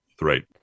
right